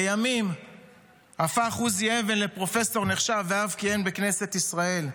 לימים הפך עוזי אבן לפרופסור נחשב ואף כיהן בכנסת ישראל.